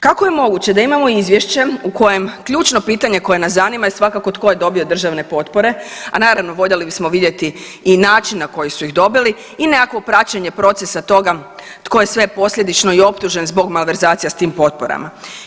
Kako je moguće da imamo izvješće u kojem ključno pitanje koje nas zanima je svakako tko je dobio državne potpore, a naravno voljeli bismo vidjeti i način na koji su ih dobili i nekakvo praćenje procesa toga tko je sve posljedično i optužen zbog malverzacija s tim potporama.